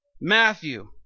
Matthew